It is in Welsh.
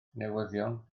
newyddion